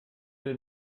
den